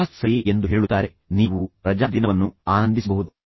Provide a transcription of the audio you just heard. boss ಸರಿ ಎಂದು ಹೇಳುತ್ತಾರೆ ನೀವು ರಜಾದಿನವನ್ನು ಆನಂದಿಸಬಹುದು